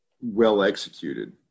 well-executed